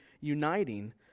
uniting